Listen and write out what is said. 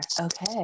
Okay